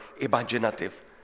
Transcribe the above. imaginative